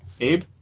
Abe